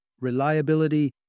reliability